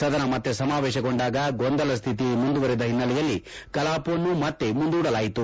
ಸದನ ಮತ್ತೆ ಸಮಾವೇಶಗೊಂಡಾಗ ಗೊಂದಲಶ್ಮಿತಿ ಮುಂದುವರೆದ ಹಿನ್ನೆಲೆಯಲ್ಲಿ ಕಲಾಪವನ್ನು ಮತ್ತೆ ಮುಂದೂಡಲಾಯಿತು